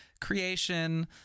creation